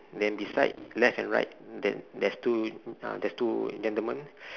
then beside left and right there~ there's two uh there's two gentlemen